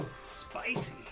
Spicy